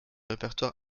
répertoire